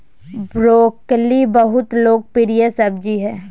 broccoli बहुत लोकप्रिय सब्जी हइ